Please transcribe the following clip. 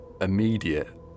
immediate